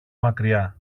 μακριά